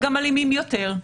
גם אלימים יותר.